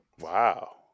Wow